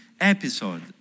episode